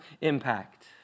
impact